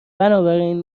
بنابراین